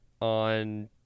on